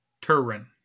Turin